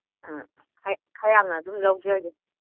ꯎꯝ ꯈꯔ ꯌꯥꯝꯅ ꯑꯗꯨꯝ ꯂꯧꯖꯒꯦ